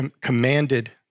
commanded